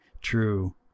True